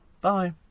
Bye